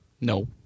No